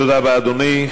תודה רבה, אדוני.